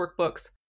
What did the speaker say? workbooks